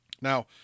Now